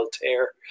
tear